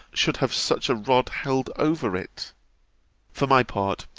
should have such a rod held over it for my part,